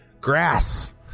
grass